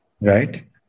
Right